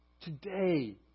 today